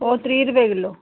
ओह् त्रीह् रपेऽ किलो